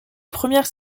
première